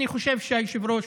אני חושב שהיושב-ראש,